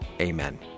Amen